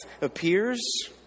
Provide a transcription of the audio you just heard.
appears